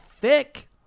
thick